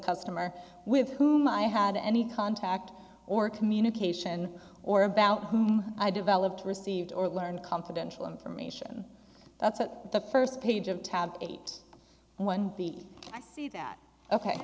customer with whom i had any contact or communication or about whom i developed received or learned confidential information that's what the first page of tab eight one beat i see that ok